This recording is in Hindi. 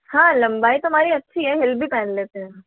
हाँ लम्बाई तो हमारी अच्छी है हिल भी पहन लेते हैं